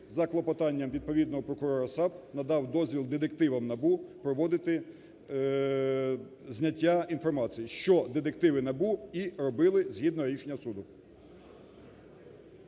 за клопотанням відповідного прокурора САП надав дозвіл детективам НАБУ проводити зняття інформації, що детективи НАБУ і робили, згідно рішення суду.